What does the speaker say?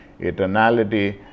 eternality